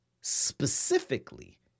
specifically